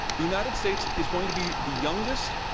the united states is going to be the youngest